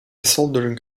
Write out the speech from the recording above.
soldering